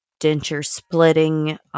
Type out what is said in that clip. denture-splitting